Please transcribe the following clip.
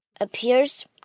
appears